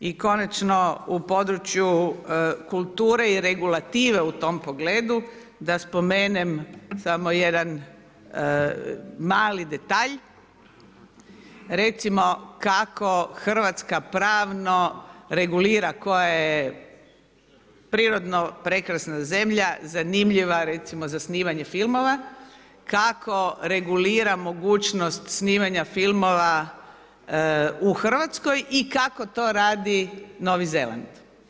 I konačno u području kulture i regulative u tom pogledu, da spomenem, samo jedan mali detalj, recimo, kako Hrvatska pravno regulira koja je prirodno prekrasna zemlja, zanimljiva za snimanje filmova, kako regulira mogućnost snimanja filmova u Hrvatskoj i kako to radi Novi Zeland.